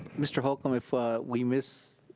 mr. holcomb, if we miss,